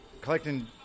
Collecting